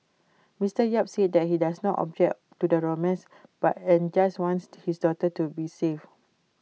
Mr yap say that he does not object to the romance but and just wants his daughter to be safe